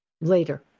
later